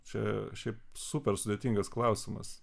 čia šiaip super sudėtingas klausimas